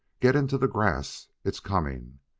get into the grass. it's coming.